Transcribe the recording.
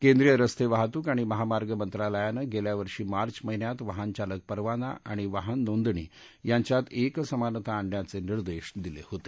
केंद्रीय रस्ते वाहतूक आणि महामार्ग मंत्रालयानं गेल्या वर्षी मार्च महिन्यात वाहनचालक परवाना आणि वाहन नोंदणी यांच्यात एकसमानता आणण्याचे निर्देश दिले होते